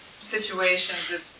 situations